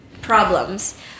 problems